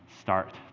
start